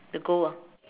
the goal ah